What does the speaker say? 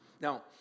Now